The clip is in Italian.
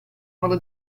modo